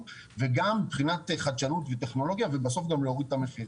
וגם מבחינת חדשנות וטכנולוגיה ובסוף גם להוריד את המחיר,